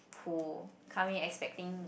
who come in expecting